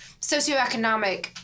socioeconomic